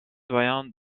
doyen